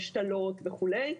השתלות וכולי,